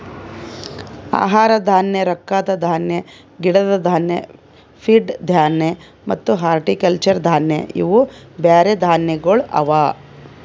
ಆಹಾರ ಧಾನ್ಯ, ರೊಕ್ಕದ ಧಾನ್ಯ, ಗಿಡದ್ ಧಾನ್ಯ, ಫೀಡ್ ಧಾನ್ಯ ಮತ್ತ ಹಾರ್ಟಿಕಲ್ಚರ್ ಧಾನ್ಯ ಇವು ಬ್ಯಾರೆ ಧಾನ್ಯಗೊಳ್ ಅವಾ